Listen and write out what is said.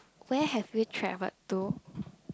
where have you travelled to